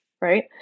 right